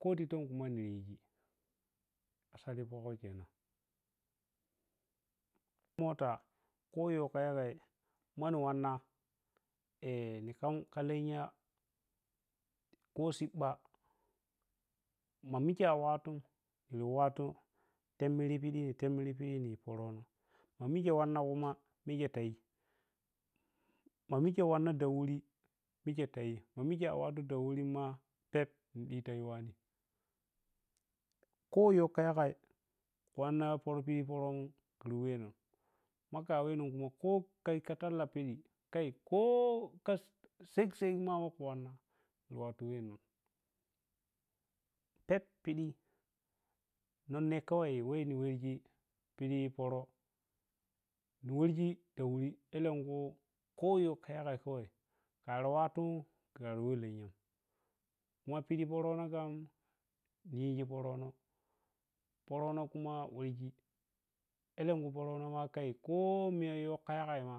Kho titan ma niyiji asali khokko kenan mota kho kha yoh yagai manni wanna ni khan kha lenya kho siɓɓa ma mikhe a wattun khiri wattun temmiri piɗi, temmiri piɗi nyi pərəno ma mikhe wanna kuma pikhe tayi, ma mikhe wanna da wuri pikhe tayi ma mikhe a wattu da wuri ma phep niyi ɗi ta wane kho yoh kha yagai wanna pərə piɗi pərəmun khri wenoh khu ma kha wenoh kuma kho khai kha talla piɗi khai ko khu wanna khi wattu weh ma phep piɗi nonne karai ni warji piɗi pərə ni warji da wuri khariwe lenya khuma piɗi pərəno khan ni yiji pərə, pərə kuma weghi alenkhu pərəno ma khai kho miya yoh kha yagai ma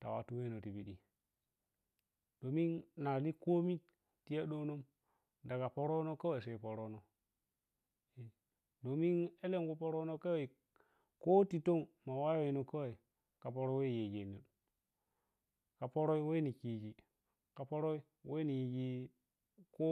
ta wattu wemoh ti pidi domin nariyi komi tiyo ɗono daga pərəno khawai sai pərəno domin alenkhu pərəno khawai kho titon ma wawenoh khawai la pərə weh yijim ma kha pərə we ni khighi kha pərə weh ni yiji kho.